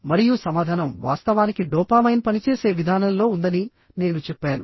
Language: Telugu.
మరియు సమాధానం వాస్తవానికి డోపామైన్ పనిచేసే విధానంలో ఉందని నేను చెప్పాను